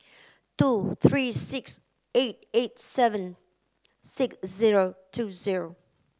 two three six eight eight seven six zero two zero